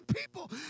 people